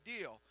deal